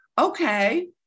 Okay